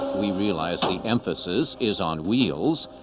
we realize the emphasis is on wheels,